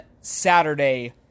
Saturday